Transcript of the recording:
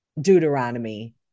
Deuteronomy